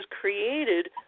created